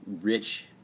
rich